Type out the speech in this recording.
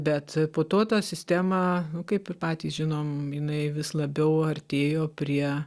bet po to tą sistemą kaip ir patys žinom jinai vis labiau artėjo prie